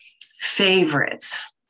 favorites